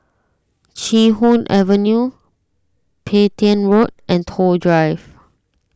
Chee Hoon Avenue Petain Road and Toh Drive